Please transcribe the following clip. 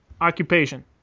occupation